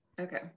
Okay